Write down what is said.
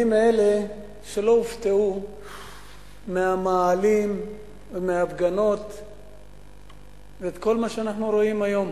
אני מאלה שלא הופתעו מהמאהלים ומההפגנות ומכל מה שאנחנו רואים היום.